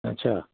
अच्छा